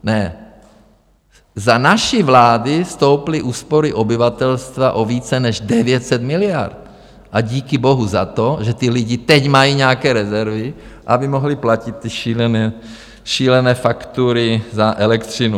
Ne, za naší vlády stouply úspory obyvatelstva o více než 900 miliard a díky bohu za to, že lidé teď mají nějaké rezervy, aby mohli platit ty šílené faktury za elektřinu.